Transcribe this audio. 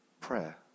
prayer